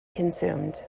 consumed